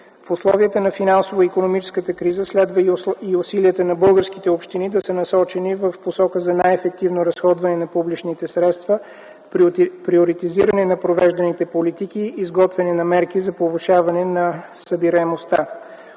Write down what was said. В условията на финансово-икономическата криза следва и усилията на българските общини да са насочени в посока на най-ефективно разходване на публичните средства, приоритизиране на провежданите политики, изготвяне на мерки за повишаване на събираемостта.